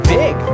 big